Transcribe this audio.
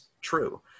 true